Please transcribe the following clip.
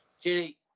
Jenny